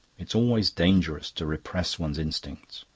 it's always dangerous to repress one's instincts.